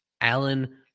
Alan